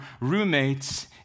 roommates